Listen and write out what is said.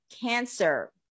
Cancer